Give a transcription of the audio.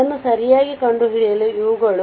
ಅದನ್ನು ಸರಿಯಾಗಿ ಕಂಡುಹಿಡಿಯಲು ಇವುಗಳು